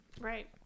right